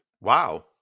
Wow